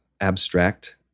abstract